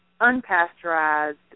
unpasteurized